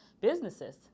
businesses